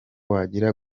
wagira